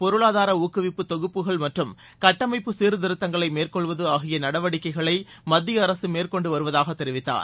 பொருளாதாரஊக்குவிப்பு தொகுப்புகள் மற்றும் கட்டமைப்பு சீர்திருத்தங்களைமேற்கொள்வது ஆகிய நடவடிக்கைகளைமத்திய அரசுமேற்கொண்டுவருவதாகதெரிவித்தார்